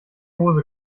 hose